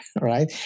right